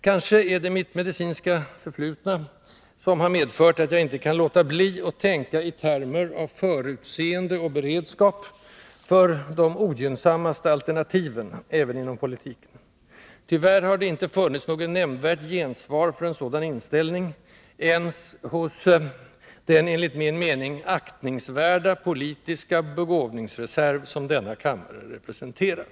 Kanske är det mitt medicinska förflutna som har medfört att jag inte kan låta bli att tänka i termer av förutseende och beredskap för de ogynnsammaste alternativen, även inom politiken. Tyvärr har det inte funnits något nämnvärt gensvar för en sådan inställning ens hos den enligt min mening aktningsvärda politiska begåvningsreserv som denna kammare representerar.